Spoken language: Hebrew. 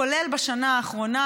כולל בשנה האחרונה,